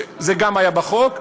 זה גם היה בחוק.